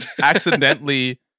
Accidentally